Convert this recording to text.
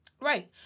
Right